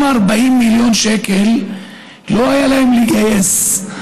אם 40 מיליון שקלים לא היה להם לגייס,